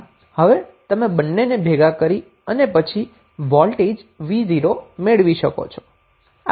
આમ હવે તમે બંનેને ભેગા કરી અને પછી પણ વોલ્ટેજ v0 મેળવી શકો છો